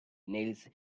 nails